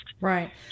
right